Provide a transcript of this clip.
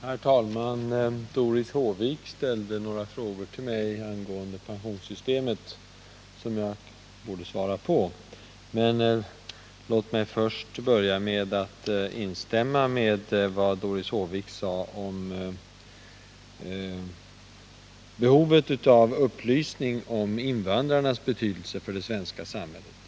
Herr talman! Doris Håvik ställde några frågor till mig angående pensionssystemet, vilka jag borde svara på. Men låt mig börja med att instämma i vad Doris Håvik sade om behovet av upplysning om invandrarnas betydelse för det svenska samhället.